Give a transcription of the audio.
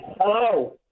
Hello